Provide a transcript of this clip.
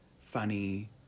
funny